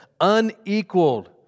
unequaled